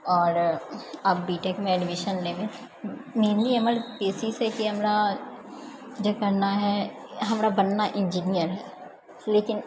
आओर आब बीटेकमे एडमिशन लेबै मैनली हमर कोशिश है की हमरा जे करना है हमरा बनना इंजीनियर है लेकिन